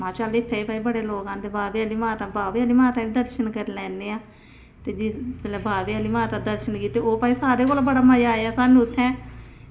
महां भई बड़े लोग आंदे बाह्वे आह्ली माता महां चलो बाह्वे आह्ली माता दे दर्शन करी लैने आं ते जेल्लै बाह्वे आह्ली माता दे दर्शन कीते ते ओह् भई बड़ा मजा आया सानूं इत्थें